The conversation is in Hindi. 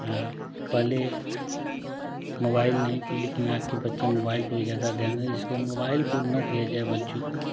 पहले मोबाइल नहीं थी लेकिन आज के बच्चे मोबाइल को ही ज़्यादा ध्यान इसको मोबाइल को ना दिया जाए बच्चों को